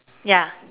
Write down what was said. ya